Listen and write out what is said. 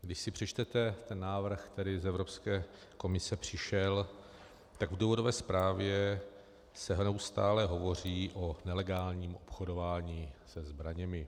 Když si přečtete ten návrh, který z Evropské komise přišel, tak v důvodové zprávě se neustále hovoří o nelegálním obchodování se zbraněmi.